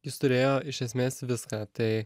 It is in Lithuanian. jis turėjo iš esmės viską tai